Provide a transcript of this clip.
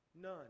None